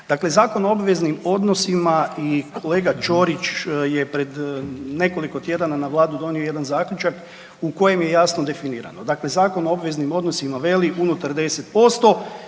Dakle Zakon o obveznim odnosima i kolega Ćorić je pred nekoliko tjedana na Vladu donio jedan zaključak u kojem je jasno definirano. Dakle, Zakon o obveznim odnosima veli, unutar 10%